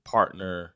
partner